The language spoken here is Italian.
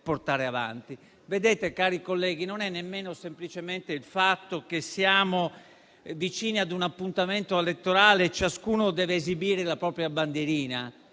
non è nemmeno semplicemente il fatto che siamo vicini a un appuntamento elettorale e ciascuno deve esibire la propria bandierina;